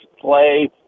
play